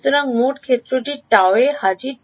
সুতরাং মোট ক্ষেত্রটি Γ এ হাজির